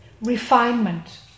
refinement